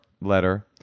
letter